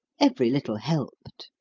every little helped.